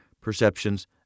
perceptions